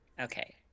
Okay